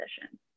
position